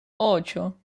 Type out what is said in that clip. ocho